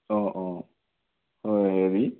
অঁ অঁ হয় হেৰি